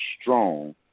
strong